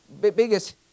biggest